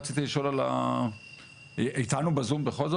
איתנו בזום?